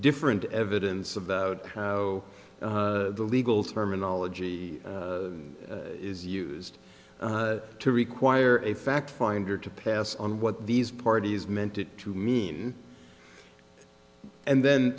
different evidence about how the legal terminology is used to require a fact finder to pass on what these parties meant it to mean and then